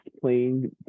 playing